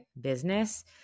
business